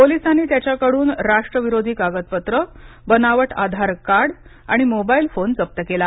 पोलिसांनी त्याच्याकडून राष्ट्रविरोधी कागदपत्र बनावट आधार कार्ड आणि मोबाईल फोन जप्त केला